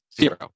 zero